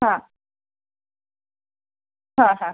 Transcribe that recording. हां हां हां